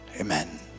Amen